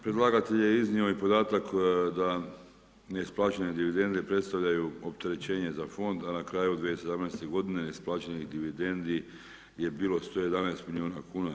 Predlagatelj je iznio i podatak da ne isplaćene dividende predstavljaju opterećenje za fond a na kraju 2017. g. ne isplaćenih dividendi je bilo 111 milijuna kuna.